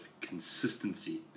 consistency